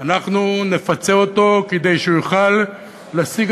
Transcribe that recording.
אנחנו נפצה אותו כדי שהוא יוכל להשיג,